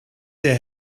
der